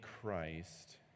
Christ